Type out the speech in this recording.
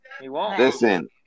Listen